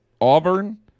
Auburn